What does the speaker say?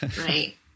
Right